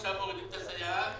עכשיו מורידים את הסייעת.